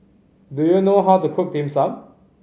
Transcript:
do you know how to cook Dim Sum